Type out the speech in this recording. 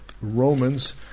Romans